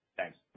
Thanks